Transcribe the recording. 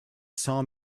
saw